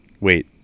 wait